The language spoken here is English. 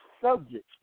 subject